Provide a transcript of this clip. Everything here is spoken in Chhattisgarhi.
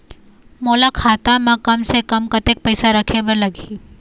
मोला खाता म कम से कम कतेक पैसा रखे बर लगही?